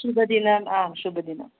शुभदिनम् आं शुभदिनम्